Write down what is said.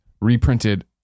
reprinted